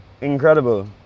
incredible